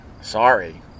Sorry